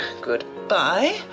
Goodbye